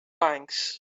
banks